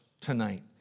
tonight